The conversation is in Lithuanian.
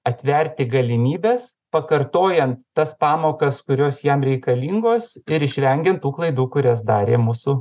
atverti galimybes pakartojant tas pamokas kurios jam reikalingos ir išvengiant tų klaidų kurias darė mūsų